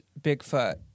Bigfoot